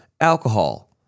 Alcohol